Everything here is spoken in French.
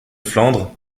flandre